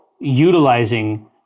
utilizing